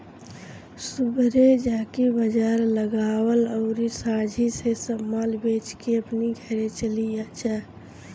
सुबेरे जाके बाजार लगावअ अउरी सांझी से सब माल बेच के अपनी घरे चली जा